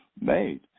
made